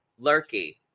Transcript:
Lurky